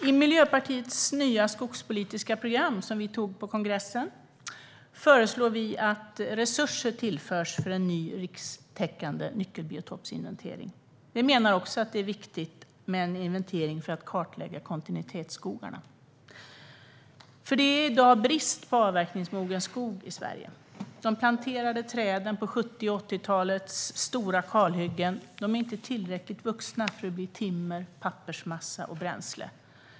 I Miljöpartiets nya skogspolitiska program som vi antog på kongressen föreslår vi att resurser tillförs för en ny rikstäckande nyckelbiotopsinventering. Vi menar också att det är viktigt med en inventering för att kartlägga kontinuitetsskogarna. Det är i dag brist på avverkningsmogen skog i Sverige. De planterade träden på 70 och 80-talens stora kalhyggen är ännu inte tillräckligt vuxna för att bli timmer, pappersmassa och bränsle.